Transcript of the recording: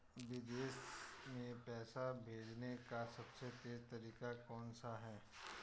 विदेश में पैसा भेजने का सबसे तेज़ तरीका कौनसा है?